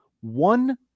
one